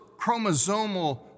chromosomal